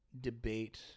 debate